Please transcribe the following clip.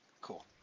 Cool